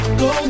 go